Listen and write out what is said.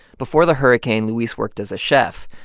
before the hurricane, luis worked as a chef.